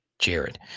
Jared